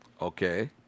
Okay